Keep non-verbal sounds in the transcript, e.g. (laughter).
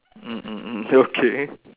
(noise) mm mm mm okay